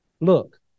Look